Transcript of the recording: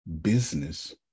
business